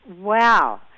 Wow